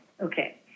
Okay